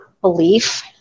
belief